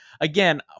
again